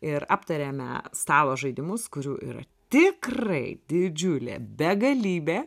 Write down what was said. ir aptarėme stalo žaidimus kurių yra tikrai didžiulė begalybė